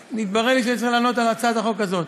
כשהתברר לי שאני צריך לענות על הצעת החוק הזאת.